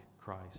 Christ